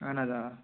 اَہن حظ آ